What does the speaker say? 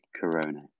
Corona